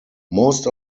most